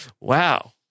Wow